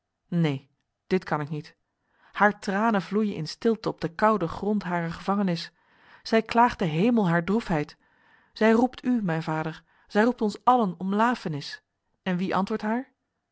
neen dit kan ik niet haar tranen vloeien in stilte op de koude grond harer gevangenis zij klaagt de hemel haar droefheid zij roept u mijn vader zij roept ons allen om lafenis en wie antwoordt haar